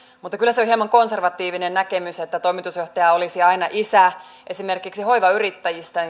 mutta kyllä se on hieman konservatiivinen näkemys että toimitusjohtaja olisi aina isä esimerkiksi hoivayrittäjistä